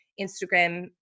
Instagram